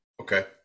okay